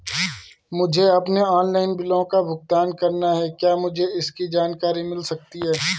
मुझे अपने ऑनलाइन बिलों का भुगतान करना है क्या मुझे इसकी जानकारी मिल सकती है?